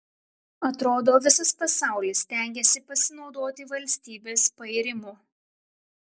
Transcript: atrodo visas pasaulis stengiasi pasinaudoti valstybės pairimu